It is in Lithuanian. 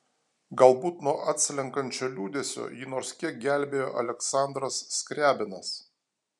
galbūt nuo atslenkančio liūdesio jį nors kiek gelbėjo aleksandras skriabinas